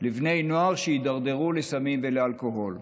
לבני נוער שהידרדרו לסמים ולאלכוהול.